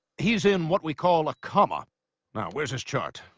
he's in what we call a comma now, where's his chart?